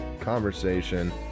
conversation